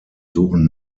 suchen